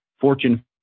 fortune